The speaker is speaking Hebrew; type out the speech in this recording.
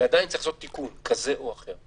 ועדיין צריך לעשות תיקון כזה או אחר.